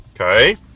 Okay